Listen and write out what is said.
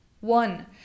One